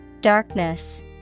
Darkness